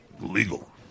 legal